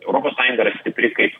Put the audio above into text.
europos sąjunga yra stipri kaip